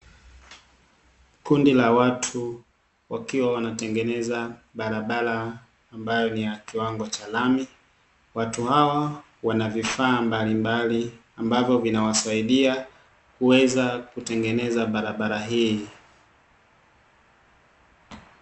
Kundi la watu wakiwa wanatengeneza barabara ambayo ni ya kiwango cha lami, watu hawa wana vifaa mbalimbali ambavyo vinawasaidia kuweza kutengeneza barabara hii.